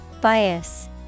Bias